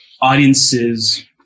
audiences